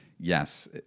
yes